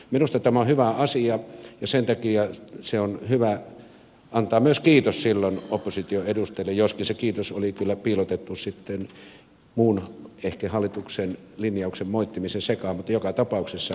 minusta tämä on hyvä asia ja sen takia on hyvä antaa myös kiitos silloin oppositioedustajalle joskin se kiitos oli kyllä piilotettu sitten muun ehkä hallituksen linjauksen moittimisen sekaan mutta joka tapauksessa